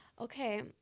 okay